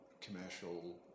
commercial